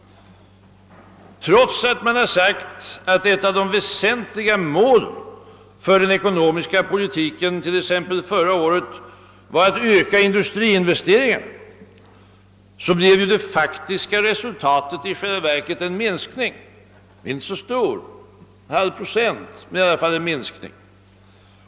Trots att man sagt att ett av de väsentliga målen för den ekonomiska politiken — t.ex. förra året — var att öka industriinvesteringarna så blev ju det faktiska resultatet en minskning. Minskningen är inte så stor — en halv procent — men det rör sig i alla fall om en minskning.